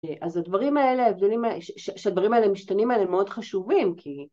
‫אז הדברים האלה, המשתנים האלה ‫הם מאוד חשובים כי...